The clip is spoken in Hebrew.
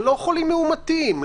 זה לא חולים מאומתים.